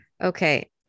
Okay